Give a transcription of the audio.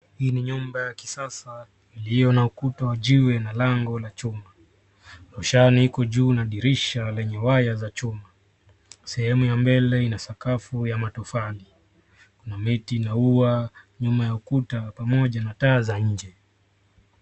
Hii ni nyumba ya kisasa, ilio na ukuta wa jiwe, na lango la chuma. Roshani iko juu na dirisha lenye waya za chuma. Sehemu ya mbele ina sakafu ya matofali, kuna miti na ua nyuma ya ukuta pamoja na taa za nje.